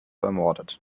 ermordet